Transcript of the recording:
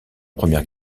première